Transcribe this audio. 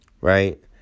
Right